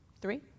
three